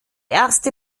erste